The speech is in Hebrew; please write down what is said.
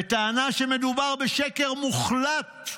בטענה שמדובר בשקר מוחלט.